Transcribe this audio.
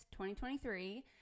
2023